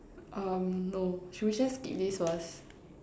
um no should we just skip this first